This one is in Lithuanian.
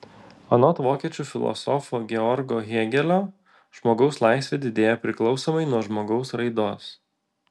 anot vokiečių filosofo georgo hėgelio žmogaus laisvė didėja priklausomai nuo žmogaus raidos